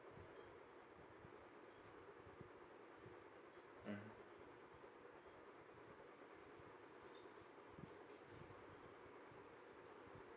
mmhmm